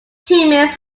humans